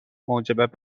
موجب